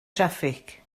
traffig